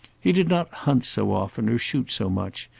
he did not hunt so often or shoot so much,